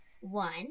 one